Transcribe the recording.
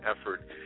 effort